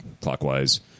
clockwise